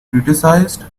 criticized